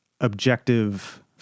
objective